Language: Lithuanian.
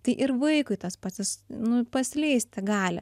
tai ir vaikui tas pats jis nu paslysti gali